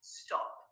stop